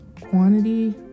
Quantity